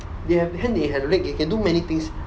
they have hand they have legs they can do many things